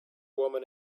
woman